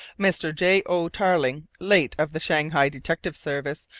mr. j. o. tarling, late of the shanghai detective service,